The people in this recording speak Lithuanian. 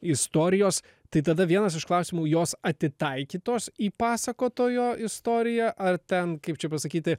istorijos tai tada vienas iš klausimų jos atitaikytos į pasakotojo istoriją ar ten kaip čia pasakyti